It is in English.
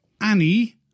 Annie